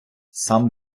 сам